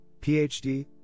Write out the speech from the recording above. PhD